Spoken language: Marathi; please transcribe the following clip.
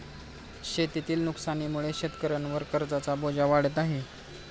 शेतीतील नुकसानीमुळे शेतकऱ्यांवर कर्जाचा बोजा वाढत आहे